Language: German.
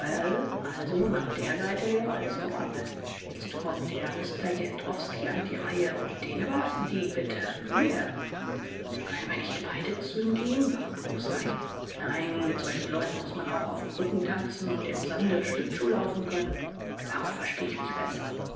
also nach der seite wäre alles geordnet jetzt kommt der mr jendrowski an die reihe und den überlassen sie bitte mir könnten wir nicht beide zu ihm gehen warf bruchs ein nein mit solchen leuten muß man auch auf krücken tanzen und im sande schlittschuh laufen können darauf versteh ich mich besser